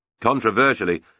Controversially